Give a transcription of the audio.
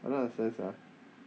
I don't understand lah